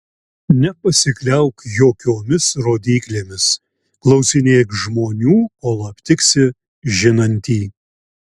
nepasikliauk jokiomis rodyklėmis klausinėk žmonių kol aptiksi žinantį